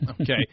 Okay